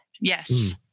Yes